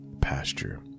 pasture